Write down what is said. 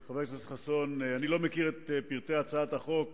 חבר הכנסת חסון, אני לא מכיר את פרטי הצעת החוק